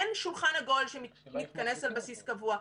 אין שולחן עגול שמתכנס על בסיס קבוע.